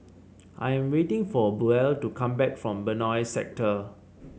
I'm waiting for Buell to come back from Benoi Sector